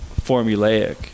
formulaic